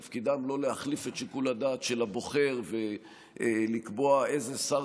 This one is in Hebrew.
תפקידם לא להחליף את שיקול הדעת של הבוחר ולקבוע איזה שר